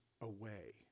away